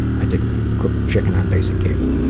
i did cook chicken on basic cable,